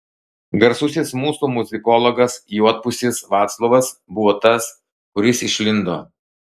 garsusis mūsų muzikologas juodpusis vaclovas buvo tas kuris išlindo